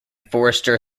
forester